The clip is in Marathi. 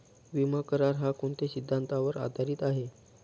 विमा करार, हा कोणत्या सिद्धांतावर आधारीत आहे?